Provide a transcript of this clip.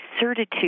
certitude